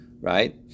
right